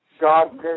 God